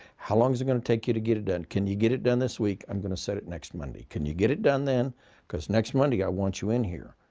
how long is it going to take you to get it done? can you get it done this week? i'm going to set it next monday. can you get it done then because next monday i want you in here,